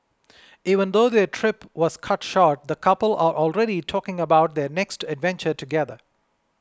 even though their trip was cut short the couple are already talking about their next adventure together